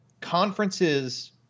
conferences